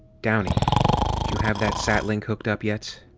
downey, do you have that sat-link hooked up yet?